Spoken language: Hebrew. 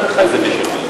אז מחייבים.